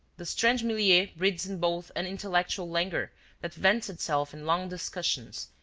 the strange milieu breeds in both an intellectual langour that vents itself in long discussions,